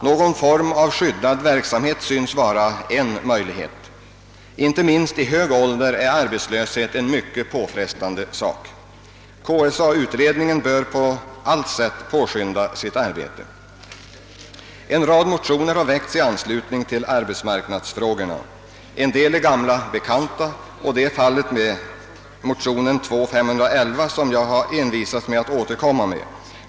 Någon form av skyddad verksamhet synes vara en möjlighet att lösa deras problem. Inte minst i hög ålder är arbetslöshet mycket påfrestande. KSA-utredningen bör på allt sätt påskynda sitt arbete. En rad motioner har väckts i anslutning till förslagen i arbetsmarknadsfrågorna. En del är gamla bekanta. Så är fallet med motionen II: 511 som jag envisats med att återkomma med.